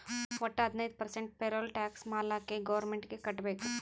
ವಟ್ಟ ಹದಿನೈದು percent payroll tax ಮಾಲ್ಲಾಕೆ ಗೌರ್ಮೆಂಟ್ಗ್ ಕಟ್ಬೇಕ್